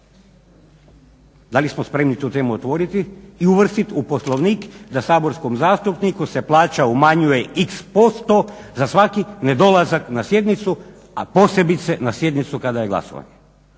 Da li smo spremni tu temu otvoriti i uvrstiti u Poslovnik da saborskom zastupniku se plaća umanjuje iks posto za svaki nedolazak na sjednicu, a posebice na sjednicu kada je glasovanje.